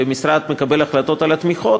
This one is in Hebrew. והמשרד מקבל החלטות על התמיכות,